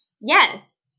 Yes